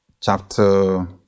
chapter